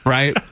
Right